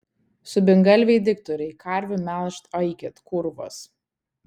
subingalviai diktoriai karvių melžt aikit kurvos